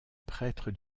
prêtre